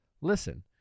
listen